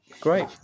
Great